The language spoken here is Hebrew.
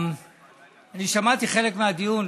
שמעתי חלק מהדיון,